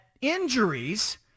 injuries